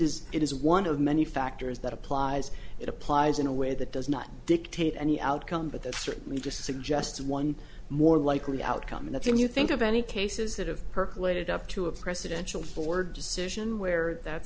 is it is one of many factors that applies it applies in a way that does not dictate any outcome but that certainly just suggests one more likely outcome that's when you think of any cases that have percolated up to a presidential for decision where that's